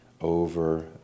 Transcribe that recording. over